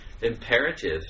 imperative